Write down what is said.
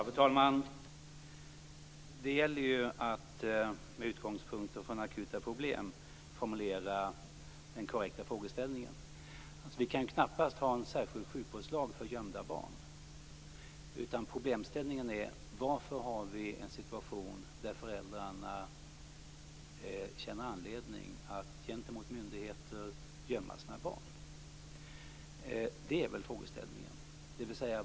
Fru talman! Det gäller att med utgångspunkt från akuta problem formulera den korrekta frågeställningen. Vi kan knappast ha en särskild sjukvårdslag för gömda barn. Problemställningen är i stället: Varför har vi en situation där föräldrarna känner anledning att gentemot myndigheter gömma sina barn?